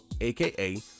AKA